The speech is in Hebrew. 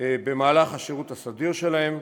בשירות הסדיר שלהם,